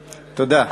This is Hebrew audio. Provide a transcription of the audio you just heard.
תודה.